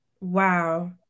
Wow